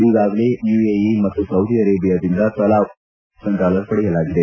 ಈಗಾಗಲೇ ಯುಎಇ ಮತ್ತು ಸೌದಿ ಅರೇಬಿಯಾದಿಂದ ತಲಾ ಒಂದು ಶತಕೋಟ ಅಮೆರಿಕನ್ ಡಾಲರ್ ಪಡೆಯಲಾಗಿದೆ